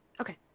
Okay